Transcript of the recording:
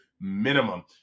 minimum